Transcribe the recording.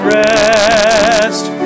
rest